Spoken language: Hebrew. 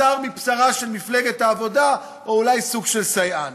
בשר מבשרה של מפלגת הליכוד, או אולי סוג של סייען.